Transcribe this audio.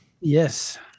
Yes